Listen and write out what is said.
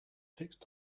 fixed